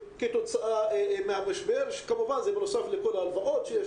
כתוצאה מהמשבר, כמובן שזה בנוסף לכל ההלוואות שיש.